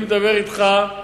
אני מדבר אתך,